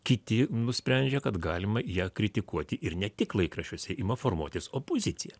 kiti nusprendžia kad galima ją kritikuoti ir ne tik laikraščiuose ima formuotis opozicija